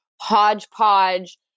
hodgepodge